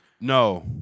No